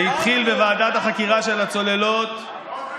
זה התחיל בוועדת החקירה של הצוללות, מאוד קשור.